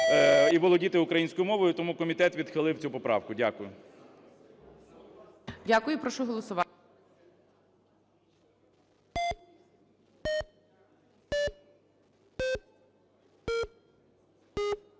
і володіти українською мовою, тому комітет відхилив цю поправку. Дякую.